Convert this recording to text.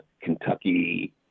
Kentucky